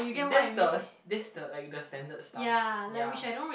that's the that's the like the standard stuff ya